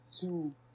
two